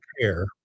care